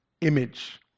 image